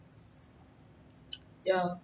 yeah